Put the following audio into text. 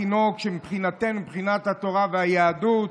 הפלת תינוק, שמבחינתנו, מבחינת התורה והיהדות,